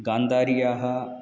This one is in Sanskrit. गान्धार्याः